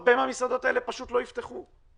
הרבה מהמסעדות האלה פשוט לא יפתחו.